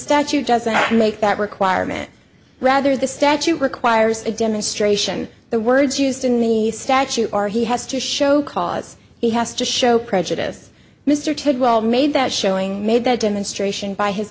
statute doesn't make that requirement rather the statute requires a demonstration the words used in the statute are he has to show cause he has to show prejudice mr treadwell made that showing made that demonstration by his